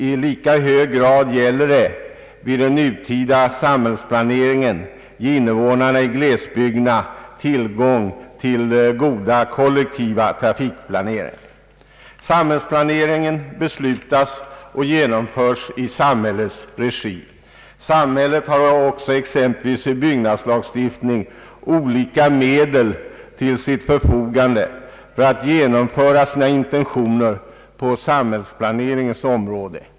I lika hög grad gäller det vid den nutida samhällsplaneringen att ge invånarna i glesbygderna tillgång till goda kollektiva trafikmedel. Samhällsplaneringen beslutas och genomförs i samhällets regi. Samhället har också exempelvis vid byggnadslagstiftning olika medel till sitt förfogande för att genomföra sina intentioner på samhällsplaneringens område.